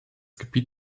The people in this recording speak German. gebiet